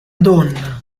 donna